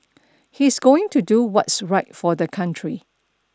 he's going to do what's right for the country